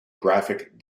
graphic